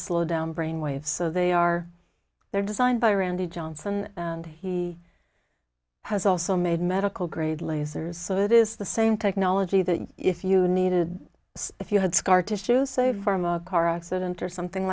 slow down brain waves so they are they're designed by randy johnson and he has also made medical grade lasers so that is the same technology that if you needed if you had scar tissue saved from a car accident or something